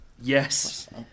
Yes